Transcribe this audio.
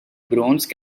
bronze